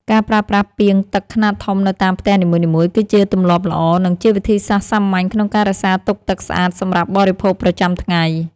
ការប្រើប្រាស់ពាងទឹកខ្នាតធំនៅតាមផ្ទះនីមួយៗគឺជាទម្លាប់ល្អ និងជាវិធីសាស្ត្រសាមញ្ញក្នុងការរក្សាទុកទឹកស្អាតសម្រាប់បរិភោគប្រចាំថ្ងៃ។